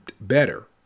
better